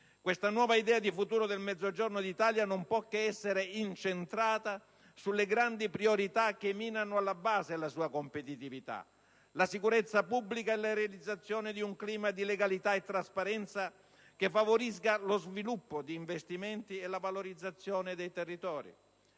Questa nuova idea di futuro del Mezzogiorno d'Italia non può che essere incentrata sulle grandi priorità che minano alla base la sua competitività: la sicurezza pubblica e la realizzazione di un clima di legalità e trasparenza che favorisca lo sviluppo di investimenti e la valorizzazione dei territori;